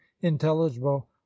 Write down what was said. intelligible